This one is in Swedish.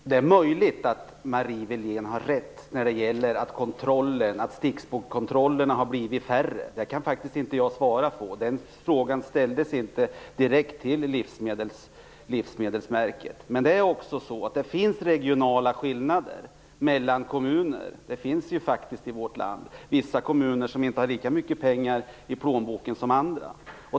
Fru talman! Det är möjligt att Marie Wilén har rätt i att stickprovskontrollerna har blivit färre. Det kan jag inte svara på. Den frågan ställdes inte direkt till Livsmedelsverket. Men det finns också regionala skillnader mellan kommuner. Det finns faktiskt i vårt land vissa kommuner som inte har lika mycket pengar i plånboken som andra.